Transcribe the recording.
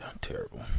terrible